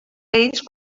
ells